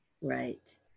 Right